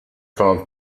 film